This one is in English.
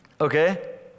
Okay